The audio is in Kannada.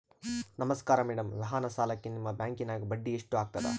ನಮಸ್ಕಾರ ಮೇಡಂ ವಾಹನ ಸಾಲಕ್ಕೆ ನಿಮ್ಮ ಬ್ಯಾಂಕಿನ್ಯಾಗ ಬಡ್ಡಿ ಎಷ್ಟು ಆಗ್ತದ?